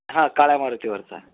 हां काळ्या मारुतीवरचा आहे